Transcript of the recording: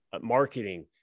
marketing –